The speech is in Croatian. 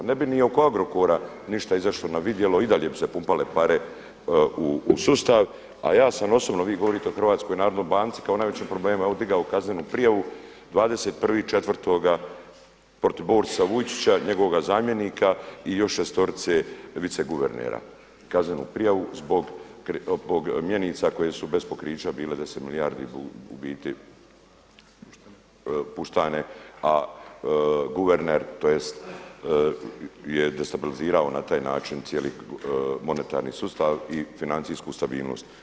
Ne bi ni oko Agrokora ništa izašlo na vidjelo i dalje bi se pumpale pare u sustav, a ja sam osobno vi govorite o HNB-u kao o najvećem problem, … kaznenu prijavu 21.4. protiv Borisa Vujčića, njegovog zamjenika i još šestorice viceguvernera, kaznenu prijavu zbog mjenica koje su bez pokrića bile 10 milijardi u biti puštane, a guverner tj. je destabilizirao na taj način cijeli monetarni sustav i financijsku stabilnost.